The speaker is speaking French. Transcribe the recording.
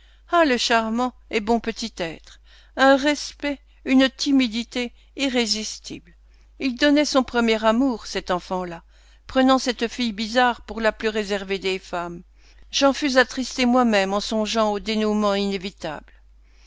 ah le charmant et bon petit être un respect une timidité irrésistibles il donnait son premier amour cet enfant-là prenant cette fille bizarre pour la plus réservée des femmes j'en fus attristé moi-même en songeant au dénouement inévitable